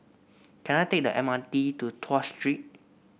can I take the M R T to Tuas Street